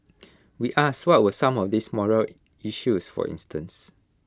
we asked what were some of these morale issues for instance